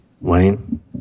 Wayne